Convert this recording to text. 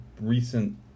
recent